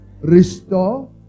Restore